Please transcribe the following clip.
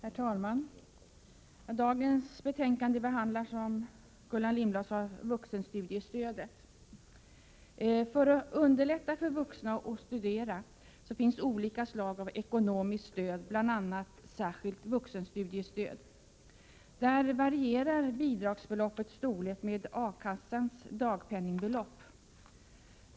Herr talman! Dagens betänkande, SfU 1987/88:20, behandlar - som Gullan Lindblad sade — vuxenstudiestödet. För att underlätta för vuxna att studera finns olika slag av ekonomiskt stöd, bl.a. särskilt vuxenstudiestöd. Bidragsbeloppets storlek varierar med A kassans dagpenningbelopp.